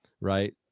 Right